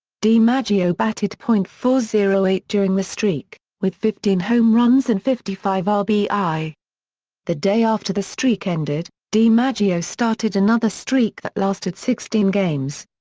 dimaggio batted point four zero eight during the streak, with fifteen home runs and fifty five ah rbi. the day after the streak ended, dimaggio started another streak that lasted sixteen games.